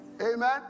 amen